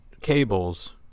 cables